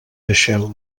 deixeu